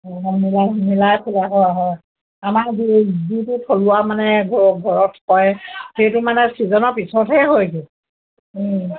মিলাই মিলাই ফোলা হয় হয় আমাৰ যি যিটো থলুৱা মানে ঘ ঘৰত হয় সেইটো মানে ছিজনৰ পিছতহে হয়গৈ